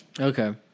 okay